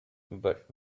but